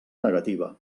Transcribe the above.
negativa